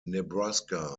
nebraska